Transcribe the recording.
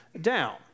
down